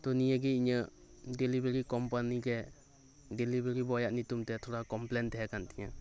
ᱛᱚ ᱱᱤᱭᱟᱹ ᱜᱮ ᱤᱧᱟᱹᱜ ᱰᱮᱞᱤᱵᱷᱟᱨᱤ ᱠᱳᱢᱯᱟᱱᱤ ᱨᱮ ᱰᱮᱞᱤᱵᱷᱟᱨᱤ ᱵᱚᱭᱟᱜ ᱧᱩᱛᱩᱢ ᱛᱮ ᱛᱷᱚᱲᱟ ᱠᱚᱢᱯᱞᱮᱱ ᱛᱟᱦᱮᱸ ᱠᱟᱱ ᱛᱤᱧᱟᱹ